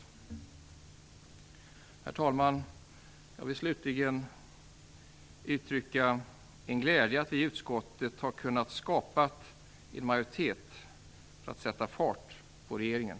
Herr talman! Slutligen uttrycker jag min glädje över att vi i utskottet har kunnat skapa en majoritet för att sätta fart på regeringen.